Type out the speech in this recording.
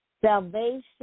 Salvation